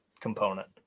component